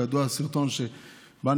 וידוע הסרטון שבא,